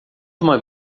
uma